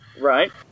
right